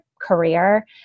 career